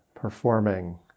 performing